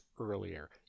earlier